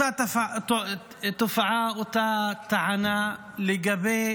אותה תופעה, אותה טענה לגבי